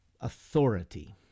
authority